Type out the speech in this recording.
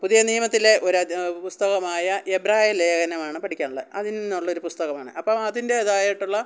പുതിയ നിയമത്തിലേ ഒരദ്ധ്യായം പുസ്തകമായ എബ്രഹായിൽ ലേഖനമാണ് പഠിക്കാനുള്ളത് അതിൽ നിന്നുള്ളൊരു പുസ്തകമാണ് അപ്പം അതിൻ്റേതായിട്ടുള്ള